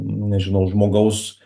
nu nežinau žmogaus